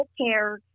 healthcare